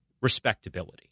respectability